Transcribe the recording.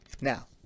Now